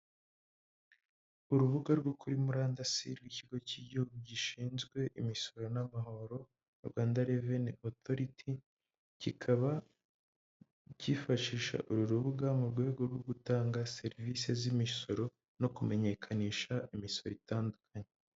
Urubuga rwo kuri murandasi rw'ikigo cy'igihugu gishinzwe imisoro n'amahoro Rwanda reveni otoriti, kikaba cyifashisha uru rubuga mu rwego rwo gutanga serivisi z'imisoro no kumenyekanisha imisoro itandukanye.